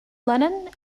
lennon